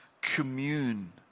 commune